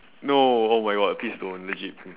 no oh my god please don't legit please